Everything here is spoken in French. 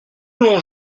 longs